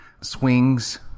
swings